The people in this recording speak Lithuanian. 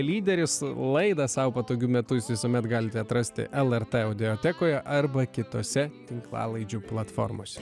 lyderis laidą sau patogiu metu jūs visuomet galite atrasti lrt audiotekoje arba kitose tinklalaidžių platformose